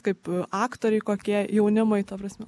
kaip aktoriai kokie jaunimui ta prasme